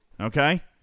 Okay